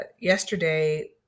yesterday